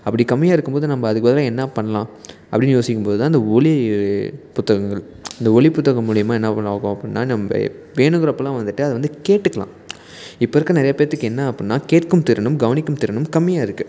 அப்படி கம்மியாக இருக்கும் போது நம்ம அதுக்காக என்ன பண்ணலாம் அப்படின்னு யோசிக்கும் போது தான் அந்த ஒலி புத்தகங்கள் இந்த ஒலி புத்தகம் மூலிமா என்ன பண்ண ஆகும் அப்படின்னா நம்ம வேணுங்கிற அப்போலாம் வந்துட்டு அதை வந்து கேட்டுக்கலாம் இப்போ இருக்கிற நிறையா பேற்றுக்கு என்ன அப்படின்னா கேட்க்கும் திறனும் கவனிக்கும் திறனும் கம்மியாக இருக்குது